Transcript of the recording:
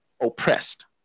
oppressed